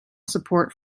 support